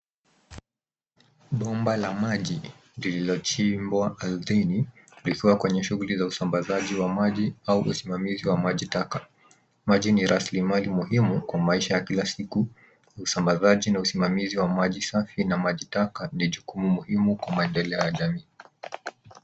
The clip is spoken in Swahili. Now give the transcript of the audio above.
Bomba la maji lililochimbwa ardhini kwenye shughuli za usambazaji wa maji au usimamizi wa majitaka. Maji ni rasilmali muhimu kwenye maisha ya kila siku. Usambazaji na usimamizi wa majitaka ni jukumu muhimu kwa maendeleo ya jamii.